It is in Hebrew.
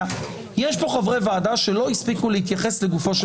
יש פה חברי ועדה שלא הספיקו להתייחס לגופו של דבר.